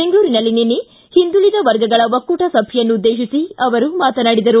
ಬೆಂಗಳೂರಿನಲ್ಲಿ ನಿನ್ನೆ ಹಿಂದುಳಿದ ವರ್ಗಗಳ ಒಕ್ಕೂಟ ಸಭೆಯನ್ನು ಉದ್ವೇತಿಸಿ ಅವರು ಮಾತನಾಡಿದರು